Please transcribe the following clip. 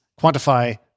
quantify